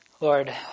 Lord